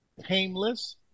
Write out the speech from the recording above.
painless